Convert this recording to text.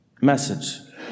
message